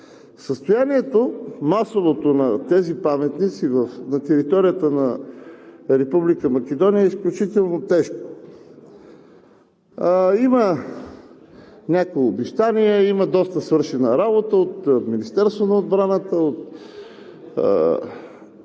състояние на тези паметници на територията на Република Македония е изключително тежко. Имаше някои обещания, имаше доста свършена работа от Министерството на отбраната и от